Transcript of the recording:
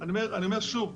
אני אומר שוב,